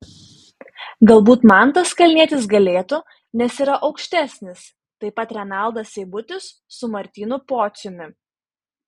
galbūt mantas kalnietis galėtų nes yra aukštesnis taip pat renaldas seibutis su martynu pociumi